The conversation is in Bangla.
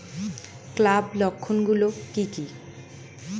স্ক্যাব লক্ষণ গুলো কি কি?